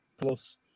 Plus